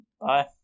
bye